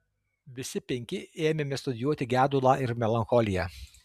visi penki ėmėme studijuoti gedulą ir melancholiją